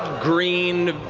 green,